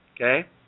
okay